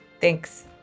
Thanks